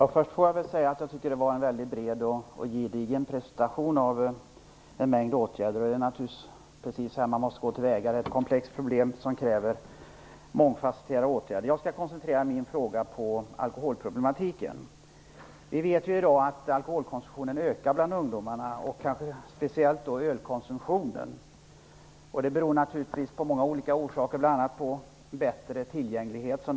Herr talman! Jag vill först säga att jag tyckte att det var en mycket bred och gedigen presentation som gjordes av en mängd åtgärder. Det är naturligtvis precis så som man måste gå till väga. Det gäller ett komplext problem som kräver mångfasetterade åtgärder. Jag skall koncentrera min fråga till alkoholproblematiken. Vi vet ju i dag att alkoholkonsumtionen bland ungdomarna ökar, kanske speciellt ölkonsumtionen. Det har naturligtvis många orsaker, bl.a. den ökade tillgängligheten.